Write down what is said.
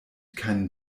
keinen